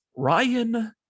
Ryan